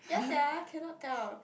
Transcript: ya sia cannot tell